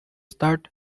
start